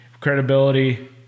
credibility